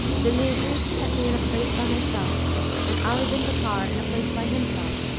then they agreed to set me in a place by myself and ali bin bakkar in a place by himself,